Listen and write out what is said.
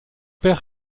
père